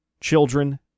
children